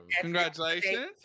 congratulations